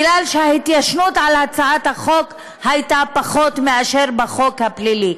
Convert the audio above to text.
כי ההתיישנות הייתה פחות מאשר בחוק הפלילי.